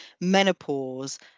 menopause